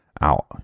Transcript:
out